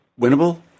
winnable